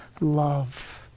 love